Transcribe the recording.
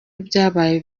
ibyabaye